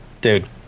dude